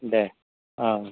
दे ओं